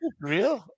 real